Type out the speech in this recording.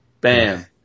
Bam